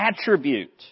attribute